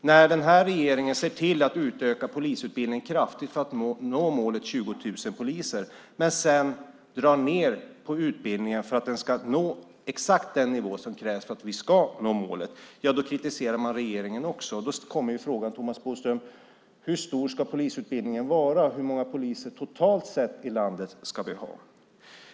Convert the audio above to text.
När den här regeringen utökar polisutbildningen kraftigt för att nå målet 20 000 poliser men sedan drar ned på utbildningen för att den ska nå exakt den nivå som krävs för att vi ska nå målet kritiserar man också regeringen. Då kommer frågan: Hur stor ska polisutbildningen vara, Thomas Bodström? Hur många poliser ska vi ha i landet totalt sett?